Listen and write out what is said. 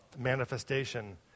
manifestation